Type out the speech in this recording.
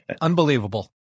unbelievable